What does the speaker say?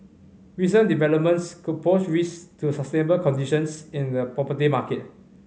recent developments could pose risks to sustainable conditions in the property market